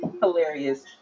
hilarious